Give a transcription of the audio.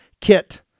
kit